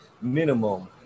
minimum